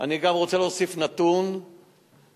אני רוצה להציג נתון נוסף,